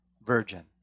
virgin